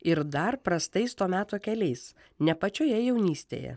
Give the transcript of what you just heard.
ir dar prastais to meto keliais ne pačioje jaunystėje